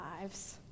lives